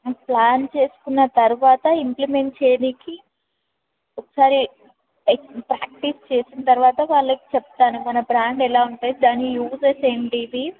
plan చేసుకున్న తర్వాత implement చేయడానికి ఒకసారి ప్రాక్టీస్ చేసిన తర్వాత వాళ్ళకి చెప్తాను మన బ్రాండ్ ఎలా ఉంటాయి దాని యూజెస్ ఏంటివి